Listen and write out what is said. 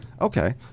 Okay